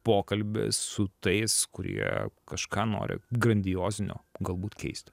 pokalbis su tais kurie kažką nori grandiozinio galbūt keisti